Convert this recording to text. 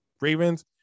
Ravens